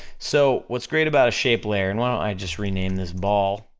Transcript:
so, what's great about a shape layer, and why don't i just rename this ball,